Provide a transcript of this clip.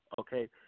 Okay